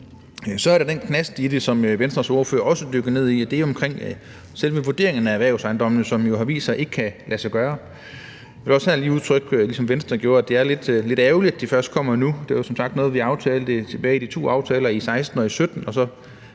Så er der den knast i det, som Venstres ordfører også dykker ned i, og det er omkring selve vurderingen af erhvervsejendomme, som jo har vist sig ikke kan lade sig gøre. Jeg vil også gerne udtrykke, ligesom Venstre gjorde, at det er lidt ærgerligt, at det først kommer nu. Det er som sagt noget, vi aftalte i de to aftaler i 2016 og 2017 – og så